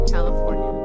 California